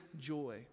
joy